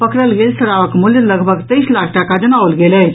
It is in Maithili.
पकड़ल गेल शराबक मूल्य लगभग तेईस लाख टाका जनाओल गेल अछि